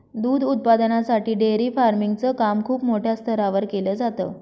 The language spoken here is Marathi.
दूध उत्पादनासाठी डेअरी फार्मिंग च काम खूप मोठ्या स्तरावर केल जात